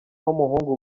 w’umuhungu